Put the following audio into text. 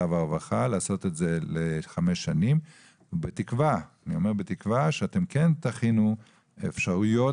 והרווחה לעשות את זה לחמש שנים בתקווה שאתם כן תכינו אפשרויות